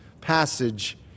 passage